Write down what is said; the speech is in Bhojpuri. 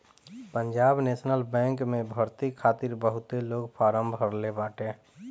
पंजाब नेशनल बैंक में भर्ती खातिर बहुते लोग फारम भरले बाटे